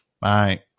Bye